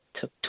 took